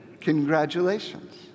Congratulations